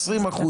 20%,